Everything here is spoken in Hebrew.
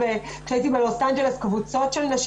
כשהייתי בלוס אנג'לס פגשתי קבוצות של נשים.